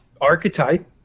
archetype